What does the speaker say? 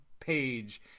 page